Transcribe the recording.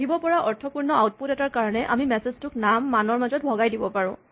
পঢ়িব পৰা অৰ্থপূৰ্ণ আউটপুট এটাৰ কাৰণে আমি মেছেজ টোক নাম মানৰ মাজত ভগাই দিব পাৰোঁ